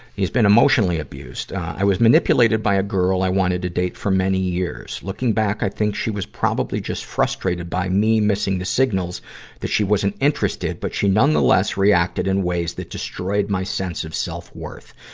he's been emotionally abused. i was manipulated by a girl i wanted to date for many years. looking back, i think she was probably just frustrated by me missing the signals that she wasn't interested, but she nonetheless reacted in ways that destroyed my sense of self-worth.